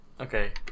okay